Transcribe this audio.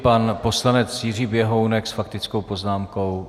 Pan poslanec Jiří Běhounek s faktickou poznámkou.